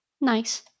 Nice